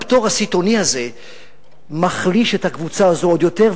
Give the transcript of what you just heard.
הפטור הסיטוני הזה מחליש את הקבוצה הזו עוד יותר,